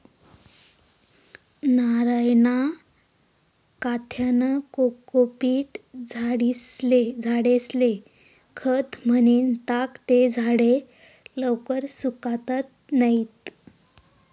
नारयना काथ्यानं कोकोपीट झाडेस्ले खत म्हनीन टाकं ते झाडे लवकर सुकातत नैत